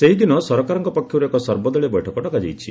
ସେହିଦିନ ସରକାରଙ୍କ ପକ୍ଷରୁ ଏକ ସର୍ବଦଳୀୟ ବୈଠକ ଡକାଯାଇଛି